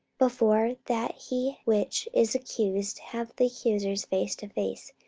before that he which is accused have the accusers face to face,